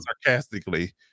sarcastically